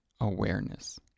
awareness